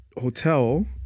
hotel